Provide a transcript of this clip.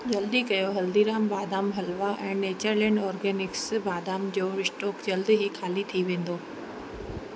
जल्दी कयो हल्दीराम बादाम हलवा ऐं नैचरलैंड ऑर्गॅनिक्स बादाम जो स्टॉक जल्द ई ख़ाली थी वेंदो